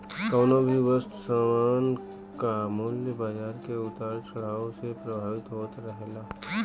कवनो भी वस्तु सामान कअ मूल्य बाजार के उतार चढ़ाव से प्रभावित होत रहेला